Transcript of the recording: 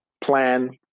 Plan